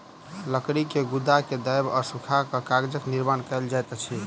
लकड़ी के गुदा के दाइब आ सूखा कअ कागजक निर्माण कएल जाइत अछि